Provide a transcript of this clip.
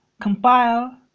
Compile